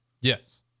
Yes